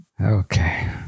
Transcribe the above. Okay